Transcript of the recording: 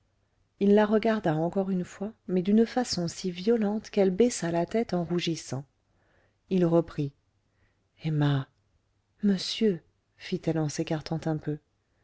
il la regarda encore une fois mais d'une façon si violente qu'elle baissa la tête en rougissant il reprit emma monsieur fit-elle en s'écartant un peu